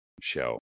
Show